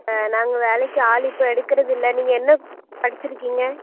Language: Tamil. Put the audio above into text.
ஆ நாங்கள் வேளைக்கு ஆள் இப்போ எடுக்கறது இல்லை நீங்கள் என்ன படிச்சு இருக்கீங்க